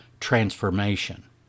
transformation